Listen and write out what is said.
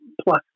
Plus